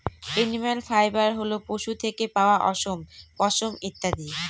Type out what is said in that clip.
animal fibre হল পশু থেকে পাওয়া অশম, পশম ইত্যাদি